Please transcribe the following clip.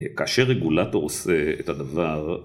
כאשר רגולטור עושה את הדבר